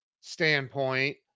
standpoint